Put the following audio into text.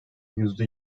yüzde